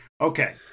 Okay